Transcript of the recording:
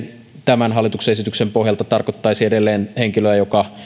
tämän hallituksen esityksen pohjalta tarkoittaisi edelleen henkilöä joka